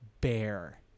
bear